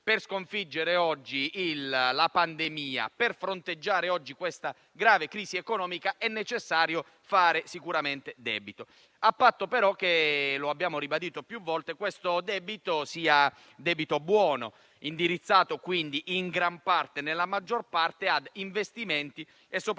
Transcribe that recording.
Per sconfiggere oggi la pandemia e fronteggiare questa grave crisi economica è necessario fare sicuramente debito, a patto però - lo abbiamo ribadito più volte - che si tratti di debito buono e indirizzato nella maggior parte a investimenti e, soprattutto,